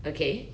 okay